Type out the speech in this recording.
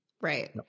right